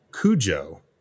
Cujo